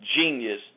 genius